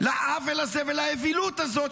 לעוול הזה ולאווילות הזאת,